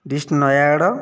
dist Nayagarh